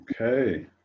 Okay